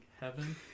heaven